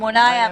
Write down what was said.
שמונה ימים.